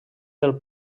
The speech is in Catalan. del